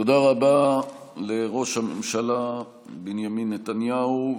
תודה רבה לראש הממשלה בנימין נתניהו.